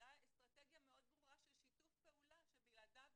הייתה אסטרטגיה מאוד ברורה של שיתוף פעולה שבלעדיו